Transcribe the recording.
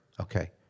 Okay